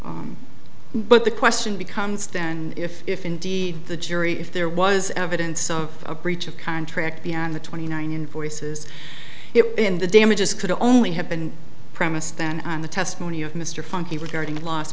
yes but the question becomes then if if indeed the jury if there was evidence of a breach of contract beyond the twenty nine invoices if in the damages could only have been premised then on the testimony of mr funky regarding